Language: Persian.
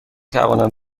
توانم